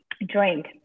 drink